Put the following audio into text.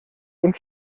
und